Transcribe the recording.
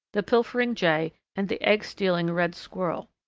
the pilfering jay, and the egg-stealing red squirrel.